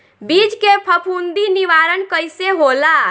बीज के फफूंदी निवारण कईसे होला?